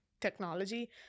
technology